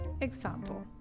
Example